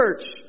church